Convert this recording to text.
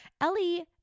Ellie